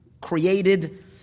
created